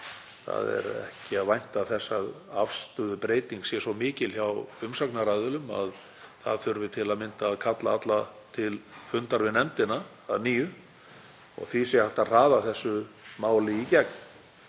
Þess er ekki að vænta að afstöðubreyting sé svo mikil hjá umsagnaraðilum að það þurfi til að mynda að kalla alla til fundar við nefndina að nýju og því sé hægt að hraða þessu máli í gegn.